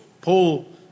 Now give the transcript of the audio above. Paul